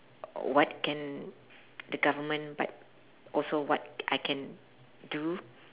what can the government but also what I can do